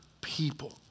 people